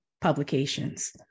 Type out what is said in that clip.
publications